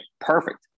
perfect